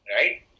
Right